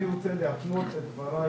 אני רוצה להפנות את דבריי